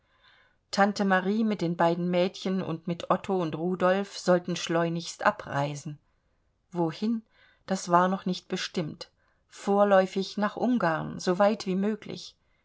tante marie mit den beiden mädchen und mit otto und rudolf sollten schleunigst abreisen wohin das war noch nicht bestimmt vorläufig nach ungarn so weit wie möglich